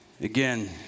Again